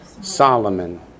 Solomon